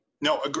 No